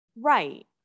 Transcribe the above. Right